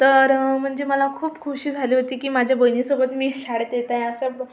तर म्हणजे मला खूप खुशी झाली होती की माझ्या बहिणीसोबत मी शाळेत येत आहे असं